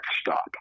stop